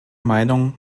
meinung